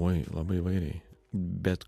oi labai įvairiai bet